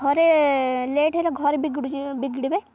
ଘରେ ଲେଟ୍ ହେଲା ଘରେ ବିଗିଡ଼ିବେ